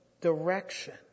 direction